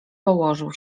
położył